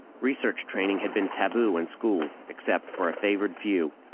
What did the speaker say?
research training had been taboo in school, except for a favored few.